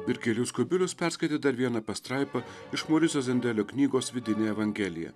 virgilijus kubilius perskaitė dar vieną pastraipą iš moriso zendelio knygos vidinė evangelija